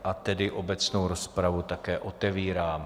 A tedy obecnou rozpravu také otevírám.